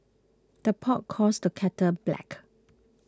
the pot calls the kettle black